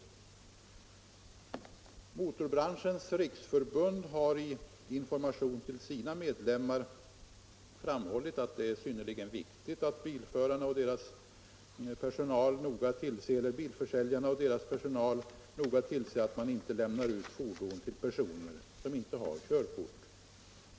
vid fastställande av Motorbranschens riksförbund har i information till sina medlemmar = faderskap framhållit att det är synnerligen viktigt att bilfirmorna och deras personal noga tillser att man inte lämnar ut fordon till personer som inte har körkort.